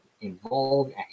involved